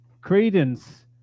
credence